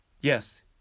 Yes